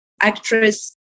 actress